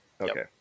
Okay